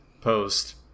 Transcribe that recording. post